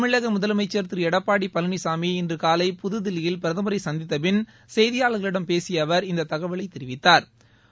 தமிழக முதலமைச்சர் திரு எடப்பாடி பழனிசாமி இன்று காலை புதுதில்லியில் பிரதமரை சந்தித்த பின் செய்தியாளா்களிடம் பேசிய அவா் இந்த தகவலை தெரிவித்தாா்